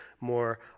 more